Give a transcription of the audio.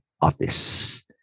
office